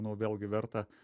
manau vėlgi verta